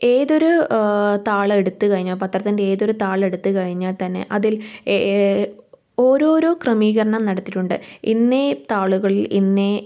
ഏതൊരു താള് എടുത്ത് കഴിഞ്ഞാൽ പത്രത്തിൻ്റെ ഏതൊരു താള് എടുത്ത് കഴിഞ്ഞാൽ തന്നെ അതിൽ ഓരോരോ ക്രമീകരണം നടത്തിയിട്ടുണ്ട് ഇന്ന താളുകളിൽ ഇന്നത്